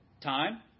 Time